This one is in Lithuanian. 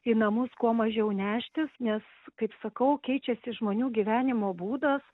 į namus kuo mažiau neštis nes kaip sakau keičiasi žmonių gyvenimo būdas